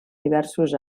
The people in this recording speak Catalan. diversos